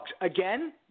again